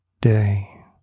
day